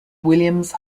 williams